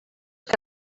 que